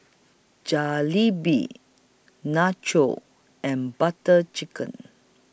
Jalebi Nachos and Butter Chicken